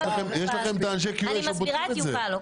אני מסבירה את יובל.